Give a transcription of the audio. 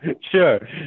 sure